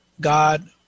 God